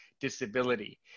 disability